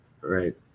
right